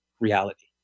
reality